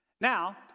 Now